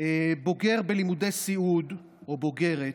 בוגר בלימודי סיעוד, או בוגרת,